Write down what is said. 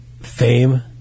fame